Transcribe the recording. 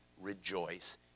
rejoice